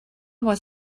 was